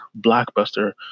Blockbuster